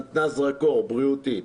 נתנה זרקור בריאותי.